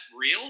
real